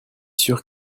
sûr